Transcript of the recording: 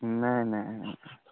नहि नहि नहि